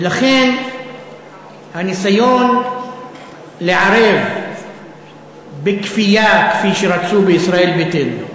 ולכן הניסיון לערב בכפייה, כפי שרצו בישראל ביתנו,